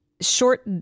short